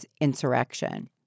insurrection